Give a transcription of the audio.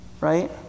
right